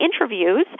interviews